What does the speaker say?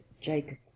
jacob